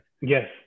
yes